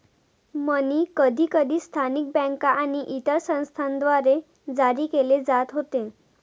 मनी कधीकधी स्थानिक बँका आणि इतर संस्थांद्वारे जारी केले जात होते